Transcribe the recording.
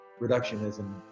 reductionism